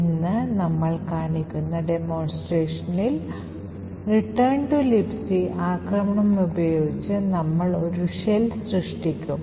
ഇന്ന് നമ്മൾ കാണിക്കുന്ന ഡെമോൺസ്ട്രേഷനിൽ Return to Libc ആക്രമണം ഉപയോഗിച്ച് നമ്മൾ ഒരു ഷെൽ സൃഷ്ടിക്കും